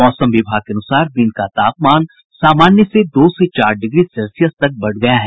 मौसम विभाग के अनुसार दिन का तापमान सामान्य से दो से चार डिग्री सेल्सियस तक बढ़ गया है